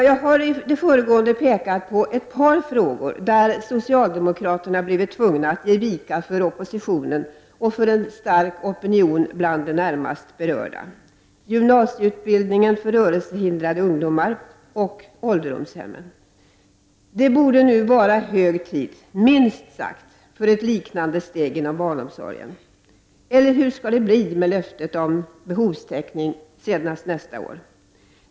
Jag har i det föregående pekat på ett par frågor där socialdemokraterna blivit tvungna att ge vika för oppositionen och för en stark opinion bland de närmast berörda, dvs. gymnasieutbildningen för rörelsehindrade ungdomar och ålderdomshemmen. Det borde nu vara hög tid, minst sagt, för ett liknande steg inom barnomsorgen. Eller hur skall det bli med löftet om behovstäckning senast nästa år?